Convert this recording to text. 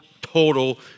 total